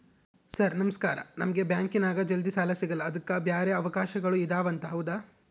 Sir ನಮಸ್ಕಾರ ನಮಗೆ ಬ್ಯಾಂಕಿನ್ಯಾಗ ಜಲ್ದಿ ಸಾಲ ಸಿಗಲ್ಲ ಅದಕ್ಕ ಬ್ಯಾರೆ ಅವಕಾಶಗಳು ಇದವಂತ ಹೌದಾ?